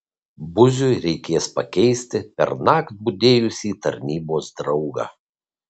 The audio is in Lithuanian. buziui reikės pakeisti pernakt budėjusį tarnybos draugą